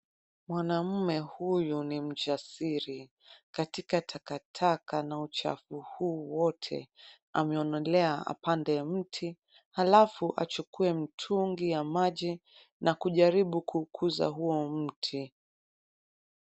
Mwanaume huyu ni mjasiri ,katika takataka na uchafu huu wote ameonelea apande mti halafu achukue mtungi ya maji na kujaribu kukuza huo mti.